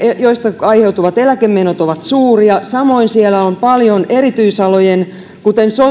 joista aiheutuvat eläkemenot ovat suuria samoin siellä on paljon erityisalojen kuten